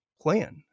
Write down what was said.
plan